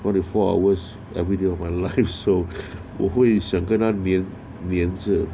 forty four hours every day of my life so 我会